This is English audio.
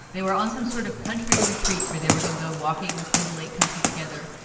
they were on some sort of country retreat where they were going to go walking through the lake country together.